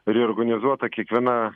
reorganizuota kiekviena